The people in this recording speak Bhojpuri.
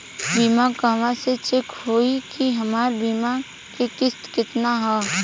बीमा कहवा से चेक होयी की हमार बीमा के किस्त केतना ह?